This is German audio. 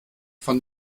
von